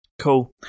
Cool